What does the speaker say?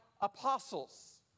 apostles